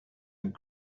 and